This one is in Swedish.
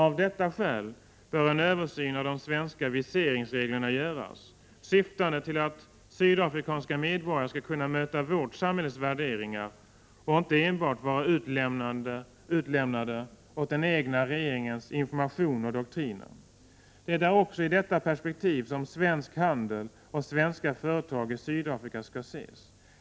Av detta skäl bör en översyn av de svenska viseringsreglerna göras, syftande till att sydafrikanska medborgare skall kunna möta vårt samhälles värderingar och inte enbart vara utlämnade åt den egna regimens information och doktriner. Det är också i detta perspektiv som svensk handel och svenska företag i Sydafrika skall ses.